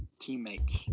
teammates